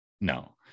no